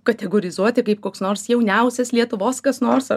kategorizuoti kaip koks nors jauniausias lietuvos kas nors ar